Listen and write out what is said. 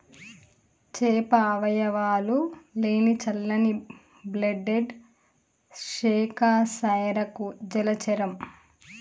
చేప అవయవాలు లేని చల్లని బ్లడెడ్ సకశేరుక జలచరం